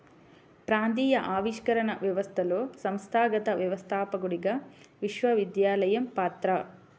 ప్రాంతీయ ఆవిష్కరణ వ్యవస్థలో సంస్థాగత వ్యవస్థాపకుడిగా విశ్వవిద్యాలయం పాత్ర